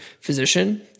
physician